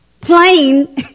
plain